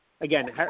again